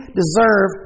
deserve